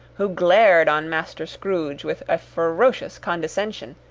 who glared on master scrooge with a ferocious condescension,